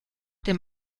dem